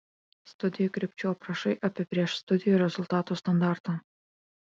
studijų krypčių aprašai apibrėš studijų rezultatų standartą